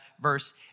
verse